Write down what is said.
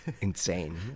insane